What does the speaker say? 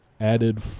added